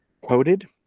quoted